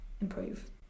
improve